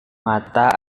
mata